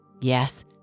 Yes